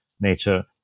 nature